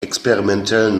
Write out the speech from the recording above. experimentellen